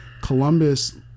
Columbus